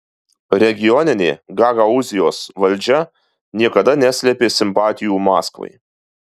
regioninė gagaūzijos valdžia niekada neslėpė simpatijų maskvai